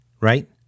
Right